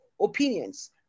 opinions